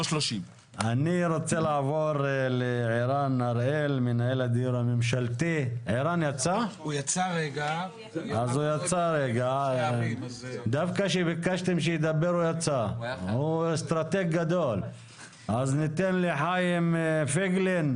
לא 30%. חיים פייגלין,